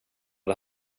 det